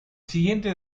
siguiente